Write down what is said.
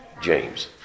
James